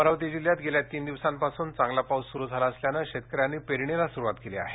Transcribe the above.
अमरावती जिल्ह्यात गेल्या तीन दिवसांपासून चांगला पाऊस सुरू झाला असल्याने शेतकऱ्यांनी पेरणीला सुरुवात केली आहे